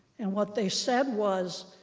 and what they said was,